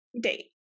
date